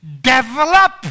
Develop